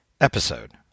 episode